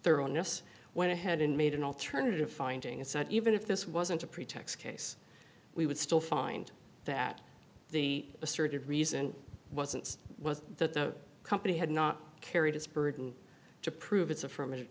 thoroughness went ahead and made an alternative finding it so even if this wasn't a pretext case we would still find that the asserted reason wasn't was that the company had not carried its burden to prove its affirmative